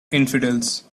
infidels